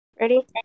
Ready